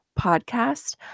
Podcast